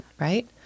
right